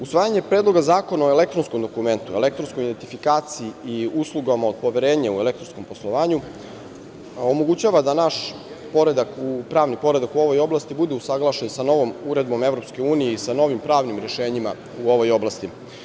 Usvajanje Predloga zakona o elektronskom dokumentu, elektronskoj identifikaciji i uslugama od poverenja u elektronskom poslovanju, omogućava da naš pravni poredak u ovoj oblasti bude usaglašen sa novom uredbom EU i sa novim pravnim rešenjima u ovoj oblasti.